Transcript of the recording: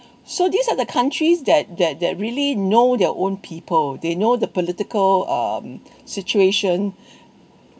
so these are the countries that that that really know their own people they know the political um situation